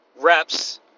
reps